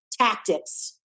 tactics